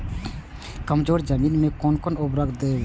कमजोर जमीन में कोन कोन उर्वरक देब?